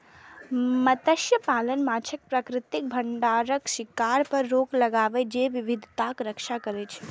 मत्स्यपालन माछक प्राकृतिक भंडारक शिकार पर रोक लगाके जैव विविधताक रक्षा करै छै